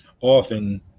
Often